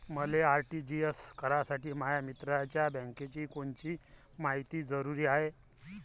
मले आर.टी.जी.एस करासाठी माया मित्राच्या बँकेची कोनची मायती जरुरी हाय?